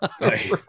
Right